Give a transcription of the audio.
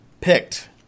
picked